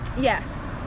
yes